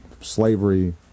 slavery